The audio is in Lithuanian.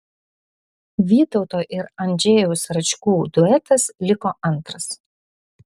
vytauto ir andžejaus račkų duetas liko antras